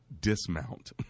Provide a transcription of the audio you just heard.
dismount